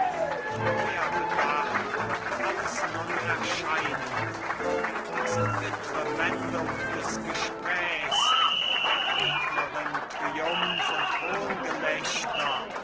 vorherbedacht wird alles nun erscheinen auch diese bittre wendung des gesprächs der gegnerin triumph und